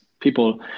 people